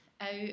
out